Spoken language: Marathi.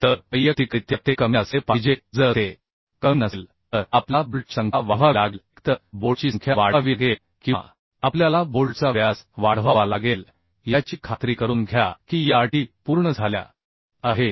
तर वैयक्तिकरित्या ते कमी असले पाहिजे जर ते कमी नसेल तर आपल्याला बोल्टची संख्या वाढवावी लागेल एकतर बोल्टची संख्या वाढवावी लागेल किंवा आपल्याला बोल्टचा व्यास वाढवावा लागेल याची खात्री करून घ्या की या अटी पूर्ण झाल्या आहेत